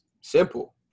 simple